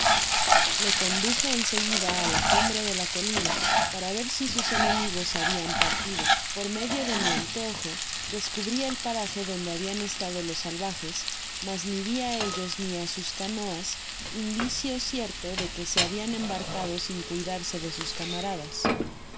lo conduje en seguida á la cumbre de la colina para ver si sus enemigos habian partido por medio de mi anteojo descubri el paraje donde habian estado los salvajes mas ni vi á ellos ni á sus canoas indicio cierto de que se habian embarcado sin euidarse de sus camaradas